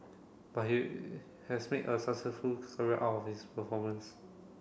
but he has made a successful career out of his performance